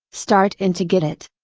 start in to get it.